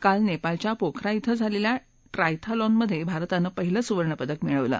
काल नेपाळच्या पोखरा इथं झालेल्या ट्रायथालॉन मधे भारतान पहिल सुवर्णपदक मिळवलं